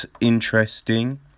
interesting